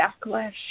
backlash